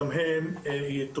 גם הם יטופלו.